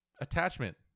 Attachment